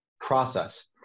process